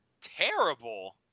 terrible